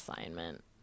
assignment